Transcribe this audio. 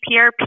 PRP